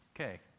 Okay